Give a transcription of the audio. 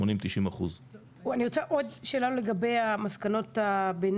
80% 90%. אני רוצה עוד שאלה לגבי מסקנות הביניים: